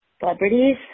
celebrities